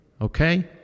Okay